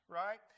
right